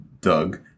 doug